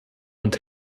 und